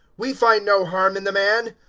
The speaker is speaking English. we find no harm in the man.